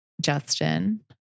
Justin